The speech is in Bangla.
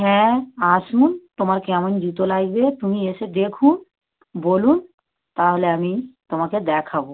হ্যাঁ আসুন তোমার কেমন জুতো লাগবে তুমি এসে দেখো বলুন তাহলে আমি তোমাকে দেখাবো